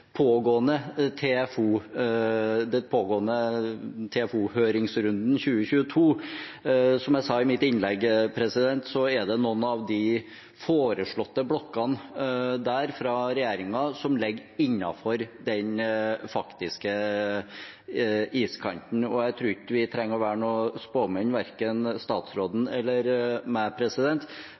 pågående TFO-høringsrunden 2022. Som jeg sa i mitt innlegg, ligger noen av de foreslåtte blokkene fra regjeringen innenfor den faktiske iskanten, og jeg tror ikke vi trenger å være spåmenn, verken statsråden eller